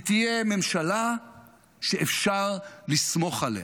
היא תהיה ממשלה שאפשר לסמוך עליה.